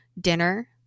dinner